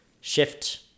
shift